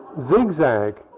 zigzag